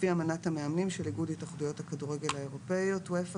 לפי אמנת המאמנים של איגוד התאחדויות הכדורגל האירופיות (אופ"א),